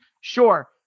Sure